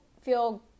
feel